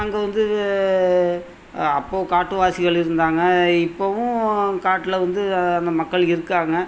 அங்கே வந்து அப்போ காட்டு வாசிகள் இருந்தாங்க இப்போவும் காட்டில வந்து அந்த மக்கள் இருக்காங்க